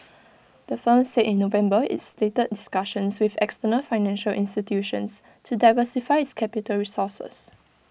the firm said in November it's stated discussions with external financial institutions to diversify its capital resources